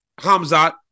Hamzat